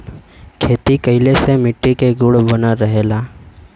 खेती कइले से मट्टी के गुण बनल रहला